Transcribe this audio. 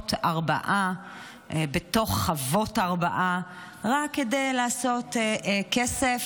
למכונות הרבעה בתוך חוות הרבעה רק כדי לעשות כסף.